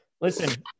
Listen